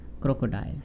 crocodile